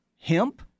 hemp